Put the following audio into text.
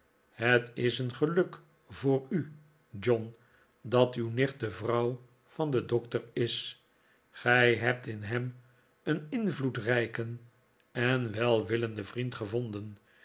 het is een geluk voor u john dat uw nicht de vrouw van den doctor is gij hebt in hem een invloedrijken en welwillenden vriend gevonden